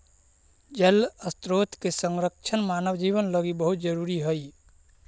जल स्रोत के संरक्षण मानव जीवन लगी बहुत जरूरी हई